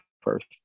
first